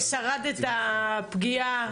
וזה היה יכול לפתור הרבה מהבעיות של הנוער הערבי,